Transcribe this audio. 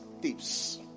tips